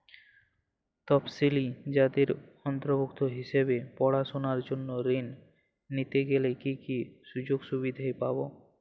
তফসিলি জাতির অন্তর্ভুক্ত হিসাবে পড়াশুনার জন্য ঋণ নিতে গেলে কী কী সুযোগ সুবিধে পাব?